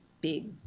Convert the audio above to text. big